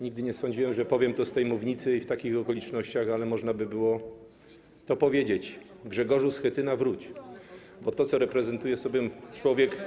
Nigdy nie sądziłem, że powiem to z tej mównicy i w takich okolicznościach, ale można by było to powiedzieć: Grzegorzu Schetyna, wróć, bo to, co reprezentuje sobą człowiek.